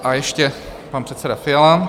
A ještě pan předseda Fiala.